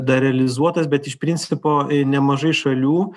darealizuotas bet iš principo nemažai šalių